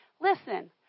Listen